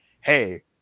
hey